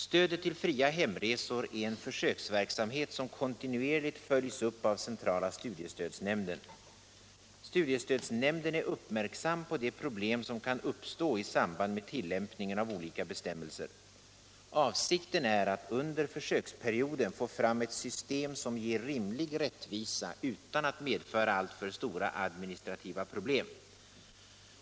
Stödet till fria hemresor är en försöksverksamhet som kontinuerligt följs upp av centrala studiestödsnämnden. Studiestödsnämnden är uppmärksam på de problem som kan uppstå i samband med tillämpningen av olika bestämmelser. Avsikten är att under försöksperioden få fram ett system som ger rimlig rättvisa utan att medföra alltför stora administrativa problem.